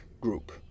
group